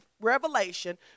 revelation